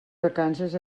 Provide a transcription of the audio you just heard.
vacances